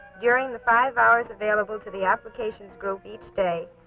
during the five hours available to the applications group each day,